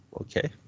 okay